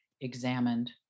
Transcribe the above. examined